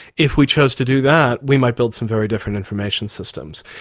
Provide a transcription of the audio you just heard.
if we chose to do that, we might build some very different information systems.